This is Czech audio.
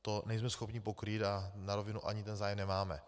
To nejsme schopni pokrýt, a na rovinu, ani zájem nemáme.